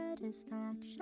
satisfaction